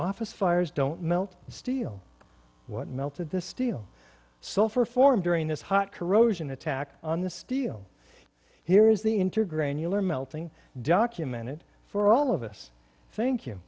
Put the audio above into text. office fires don't melt steel what melted the steel sulfur form during this hot corrosion attack on the steel here is the interger a new learn melting documented for all of us thank you